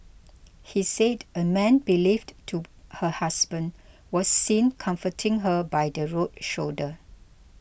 he said a man believed to her husband was seen comforting her by the road shoulder